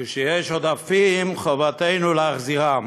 וכשיש עודפים, חובתנו להחזירם,